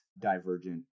divergent